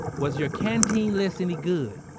was your canteen list any good?